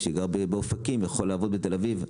מי שגר באופקים יכול לעבוד בתל אביב.